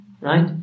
Right